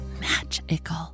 magical